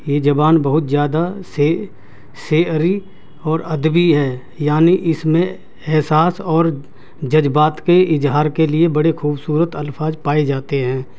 یہ زبان بہت زیادہ سے شعری اور ادبی ہے یعنی اس میں احساس اور جذبات کے اظہار کے لیے بڑے خوبصورت الفاظ پائے جاتے ہیں